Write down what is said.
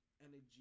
energy